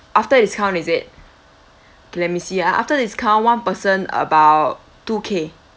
after discount is it let me see ah after discount one person about two K